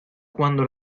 cuando